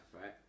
right